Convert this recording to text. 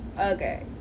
Okay